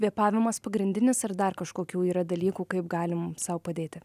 kvėpavimas pagrindinis ar dar kažkokių yra dalykų kaip galim sau padėti